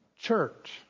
church